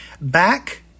Back